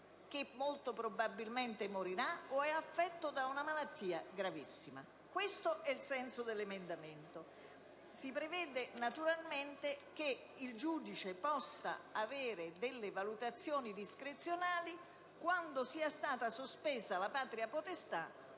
che molto probabilmente morirà o è affetto da una malattia gravissima. Questo è il senso dell'emendamento. Si prevede naturalmente che il giudice possa avere delle valutazioni discrezionali quando sia stata sospesa la patria potestà